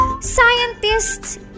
scientists